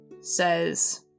says